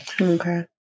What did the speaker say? Okay